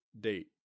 Date